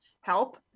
help